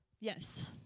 Yes